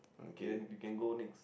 can you can go next